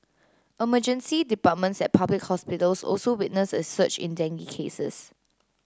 emergency departments at public hospitals also witnessed a surge in dengue cases